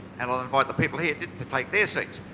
and i'll invite the people here to take their seats.